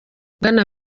bwana